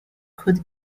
could